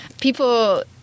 People